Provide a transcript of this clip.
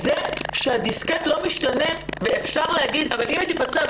זה שהדיסקט לא משתנה ואפשר להגיד "אבל אם היא תיפצע",